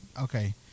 Okay